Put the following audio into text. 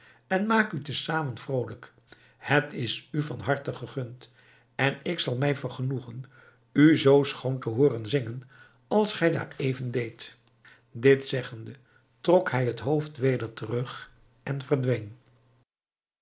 en maak u te zamen vrolijk het is u van harte gegund en ik zal mij vergenoegen u zoo schoon te hooren zingen als gij daar even deedt dit zeggende trok hij het hoofd weder terug en verdween